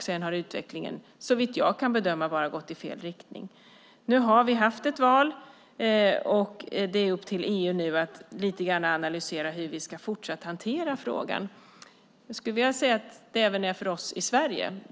Sedan har utvecklingen såvitt jag kan bedöma bara gått i fel riktning. Nu har vi haft ett val. Det är upp till EU att lite grann analysera hur vi fortsatt ska hantera frågan. Jag skulle vilja säga att det även gäller oss i Sverige.